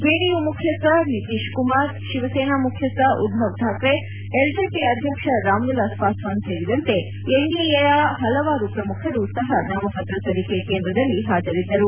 JDU ಮುಖ್ಯಸ್ಥ ನಿತೀಶ್ಕುಮಾರ್ ಶಿವಸೇನಾ ಮುಖ್ಯಸ್ಥ Uddhav Thackeray LJP ಅಧ್ಯಕ್ಷ ರಾಮ್ವಿಲಾಸ್ ಪಾಸ್ಲಾನ್ ಸೇರಿದಂತೆ ಎನ್ಡಿಎದ ಹಲವಾರು ಪ್ರಮುಖರು ಸಹ ನಾಮಪತ್ರ ಸಲ್ಲಿಕೆ ಕೇಂದ್ರದಲ್ಲಿ ಹಾಜರಿದ್ದರು